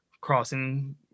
crossing